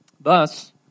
Thus